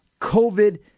COVID